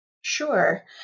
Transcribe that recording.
Sure